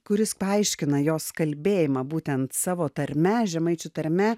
kuris paaiškina jos kalbėjimą būtent savo tarme žemaičių tarme